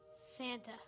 Santa